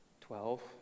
Twelve